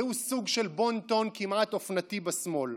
זהו סוג של בון-טון כמעט אופנתי בשמאל,